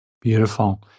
Beautiful